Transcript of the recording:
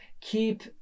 Keep